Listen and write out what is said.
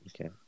Okay